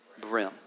brim